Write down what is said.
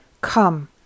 Come